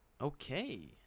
Okay